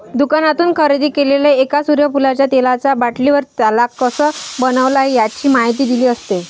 दुकानातून खरेदी केलेल्या एका सूर्यफुलाच्या तेलाचा बाटलीवर, त्याला कसं बनवलं आहे, याची माहिती दिलेली असते